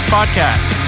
Podcast